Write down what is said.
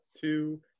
two